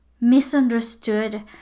misunderstood